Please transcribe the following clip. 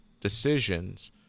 decisions